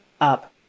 up